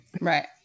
Right